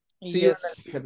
Yes